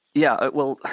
yeah, well,